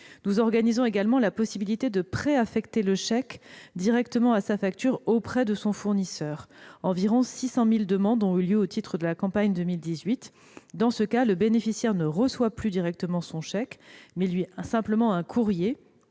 nous organisons également la possibilité de préaffecter le chèque directement au fournisseur. Environ 600 000 demandes ont eu lieu au titre de la campagne de 2018. Dans ce cas, le bénéficiaire reçoit non plus directement son chèque, mais simplement un courrier